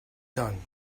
done